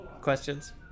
questions